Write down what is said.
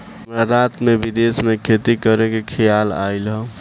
हमरा रात में विदेश में खेती करे के खेआल आइल ह